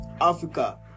africa